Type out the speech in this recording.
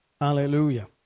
Hallelujah